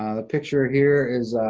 ah the picture here is,